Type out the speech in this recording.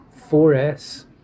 4S